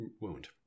Wound